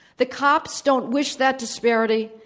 the cops don't wish that disparity.